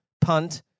punt